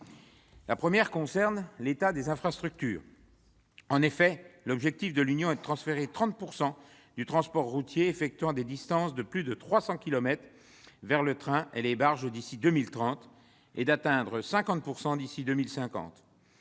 La première concerne l'état des infrastructures. En effet, l'objectif de l'Union est de transférer 30 % du transport routier effectuant des distances de plus de 300 kilomètres vers le train et les barges d'ici à 2030 et d'atteindre 50 % d'ici à 2050.